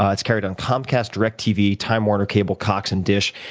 ah it's carried on comcast, directv, time warner cable, cox, and dish.